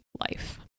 life